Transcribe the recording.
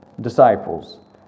disciples